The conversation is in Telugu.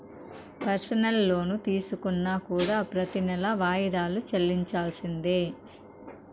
పెర్సనల్ లోన్ తీసుకున్నా కూడా ప్రెతి నెలా వాయిదాలు చెల్లించాల్సిందే